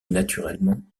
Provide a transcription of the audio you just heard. naturellement